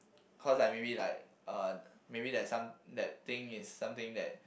cause like maybe like uh maybe there's some that thing is something that